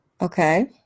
Okay